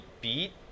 beat